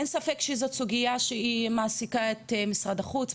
אין ספק שזאת סוגייה שהיא מעסיקה את משרד החוץ,